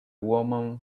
woman